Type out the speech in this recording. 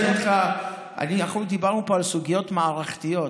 אנחנו דיברנו פה על סוגיות מערכתיות,